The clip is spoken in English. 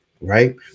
right